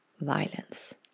violence